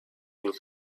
will